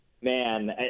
Man